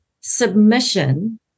submission